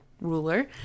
ruler